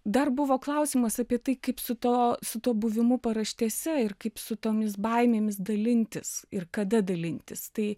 dar buvo klausimas apie tai kaip su to su tuo buvimu paraštėse ir kaip su tomis baimėmis dalintis ir kada dalintis tai